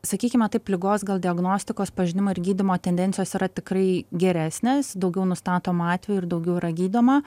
sakykime taip ligos gal diagnostikos pažinimo ir gydymo tendencijos yra tikrai geresnės daugiau nustatomų atvejų ir daugiau yra gydoma